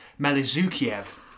Melizukiev